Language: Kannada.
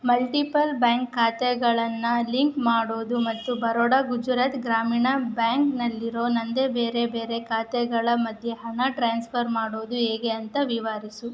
ಮಲ್ಟಿಪಲ್ ಬ್ಯಾಂಕ್ ಖಾತೆಗಳನ್ನು ಲಿಂಕ್ ಮಾಡೋದು ಮತ್ತು ಬರೋಡ ಗುಜರಾತ್ ಗ್ರಾಮೀಣ್ ಬ್ಯಾಂಕ್ನಲ್ಲಿರೊ ನನ್ನದೆ ಬೇರೆ ಬೇರೆ ಖಾತೆಗಳ ಮಧ್ಯೆ ಹಣ ಟ್ರಾನ್ಸ್ಫರ್ ಮಾಡೋದು ಹೇಗೆ ಅಂತ ವಿವರಿಸು